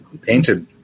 painted